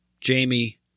Jamie